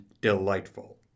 delightful